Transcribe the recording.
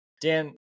Dan